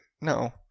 no